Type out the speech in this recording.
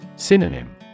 Synonym